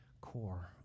core